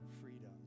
freedom